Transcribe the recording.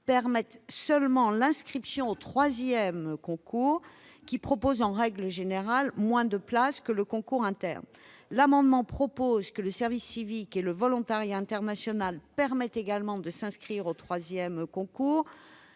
permettent seulement l'inscription au troisième concours, qui propose, en règle générale, moins de places que le concours interne. L'amendement prévoit que le service civique et le volontariat international permettent également de s'inscrire au troisième concours.